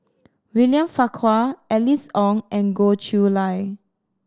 William Farquhar Alice Ong and Goh Chiew Lye